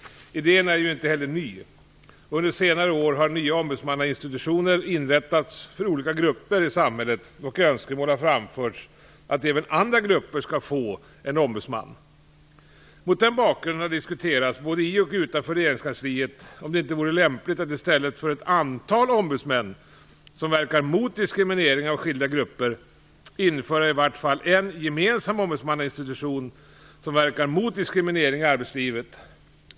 Idén är ju inte heller ny. Under senare år har nya ombudsmannainstitutioner inrättats för olika grupper i samhället, och önskemål har framförts om att även andra grupper skall få en ombudsman. Mot den bakgrunden har diskuterats - både i och utanför regeringskansliet - om det inte vore lämpligt att i stället för ett antal ombudsmän som verkar mot diskriminering av skilda grupper införa i vart fall en gemensam ombudsmannainstitution som verkar mot diskriminering i arbetslivet.